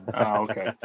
Okay